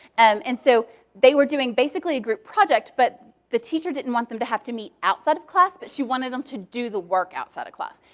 um and so they were doing basically a group project, but the teacher didn't want them to have to meet outside of class. but she wanted them to do the work outside of class.